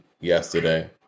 yesterday